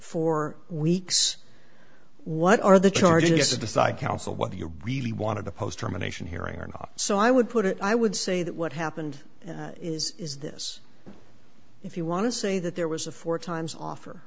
four weeks what are the charges to decide council whether you're really wanted to post germination hearing or not so i would put it i would say that what happened is is this if you want to say that there was a four times offer